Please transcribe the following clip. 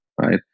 right